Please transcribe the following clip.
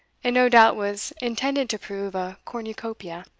and no doubt was intended to prove a cornucopia,